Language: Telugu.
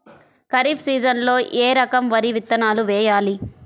ఖరీఫ్ సీజన్లో ఏ రకం వరి విత్తనాలు వేయాలి?